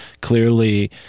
clearly